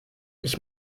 ich